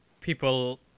people